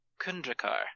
Kundrakar